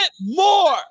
more